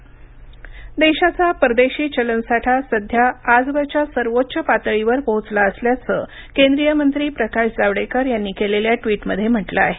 परदेशी चलनसाठा देशाचा परदेशी चलनसाठा सध्या आजवरच्या सर्वोच्च पातळीवर पोहोचला असल्याचं केंद्रीय मंत्री प्रकाश जावडेकर यांनी केलेल्या ट्विटमध्ये म्हटलं आहे